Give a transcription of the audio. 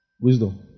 wisdom